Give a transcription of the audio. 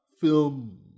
film